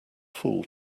fool